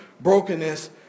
brokenness